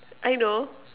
I know